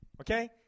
Okay